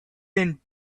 been